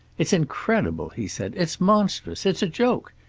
it's incredible, he said. it's monstrous. it's a joke.